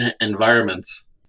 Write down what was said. environments